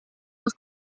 los